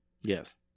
Yes